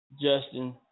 Justin